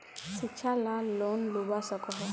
शिक्षा ला लोन लुबा सकोहो?